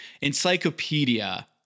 encyclopedia